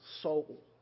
soul